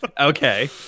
okay